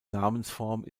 namensform